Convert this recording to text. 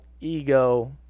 ego